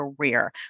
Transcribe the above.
career